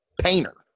painter